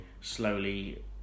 slowly